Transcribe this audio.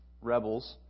rebels